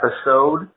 episode